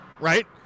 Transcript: Right